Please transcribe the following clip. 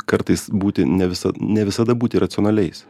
kartais būti ne visa ne visada būti racionaliais